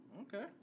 Okay